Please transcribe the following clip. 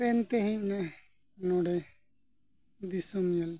train ᱛᱮ ᱦᱮᱡ ᱱᱟᱭ ᱱᱚᱰᱮ ᱫᱤᱥᱚᱢ ᱧᱮᱞ